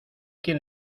quien